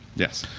yes.